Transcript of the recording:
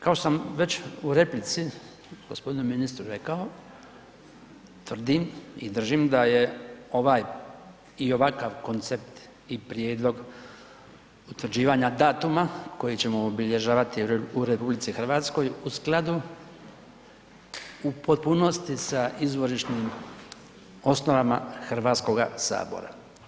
Kao što sam već u replici gospodinu ministru rekao, tvrdim i držim da je ovaj i ovakav koncept i prijedlog utvrđivanja datuma koji ćemo obilježavati u RH u skladu u potpunosti s izvorišnim osnovama Hrvatskoga sabora.